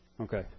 Okay